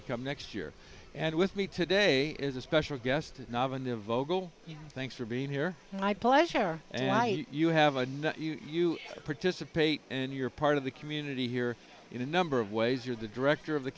to come next year and with me today is a special guest novena vogel thanks for being here my pleasure and i you have a net you participate in your part of the community here in a number of ways you're the director of the